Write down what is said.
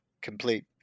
complete